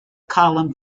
column